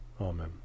Amen